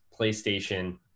PlayStation